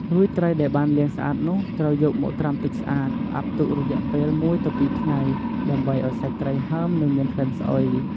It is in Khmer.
រួចត្រីដែលបានលាងស្អាតនោះ ត្រូវយកមកត្រាំទឹកស្អាត ផ្អាប់ទុករយៈពេល ១ ទៅ ២ ថ្ងៃ ដើម្បីឱ្យសាច់ត្រីហើម និងមានក្លិនស្អុយ។